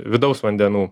vidaus vandenų